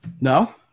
no